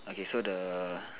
okay so the